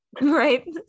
Right